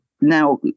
Now